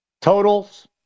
Totals